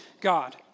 God